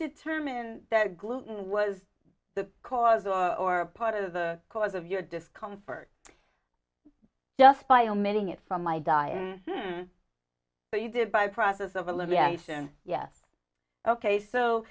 determine that gluten was the cause or part of the cause of your discomfort just by omitting it from my diet but you did by process of elimination yes ok so